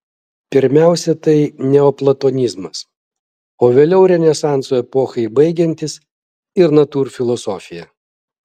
pirmiausia tai neoplatonizmas o vėliau renesanso epochai baigiantis ir natūrfilosofija